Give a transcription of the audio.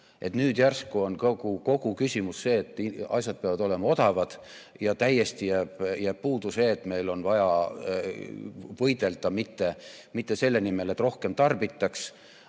Nüüd järsku on kogu küsimus see, et asjad peavad olema odavad, ja täiesti on puudunud see, et meil on vaja võidelda mitte selle nimel, et rohkem tarbitaks,